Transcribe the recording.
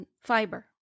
fiber